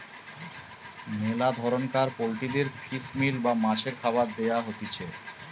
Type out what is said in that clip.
মেলা ধরণকার পোল্ট্রিদের ফিশ মিল বা মাছের খাবার দেয়া হতিছে